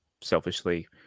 selfishly